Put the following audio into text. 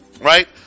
right